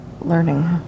learning